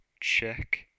check